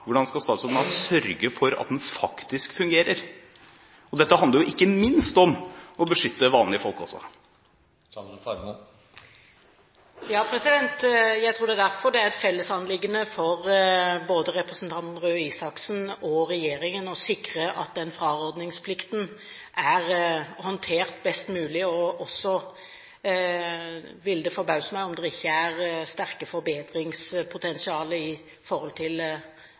faktisk fungerer? Dette handler ikke minst om å beskytte vanlige folk også. Jeg tror det derfor er et fellesanliggende for både representanten Røe Isaksen og regjeringen å sikre at frarådningsplikten er håndtert best mulig. Det ville forbause meg om det ikke er et sterkt forbedringspotensial med tanke på hva som er tilfellet i